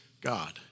God